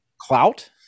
clout